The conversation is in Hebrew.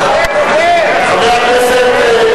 חבר הכנסת,